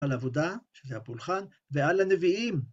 על עבודה, שזה הפולחן, ועל הנביאים.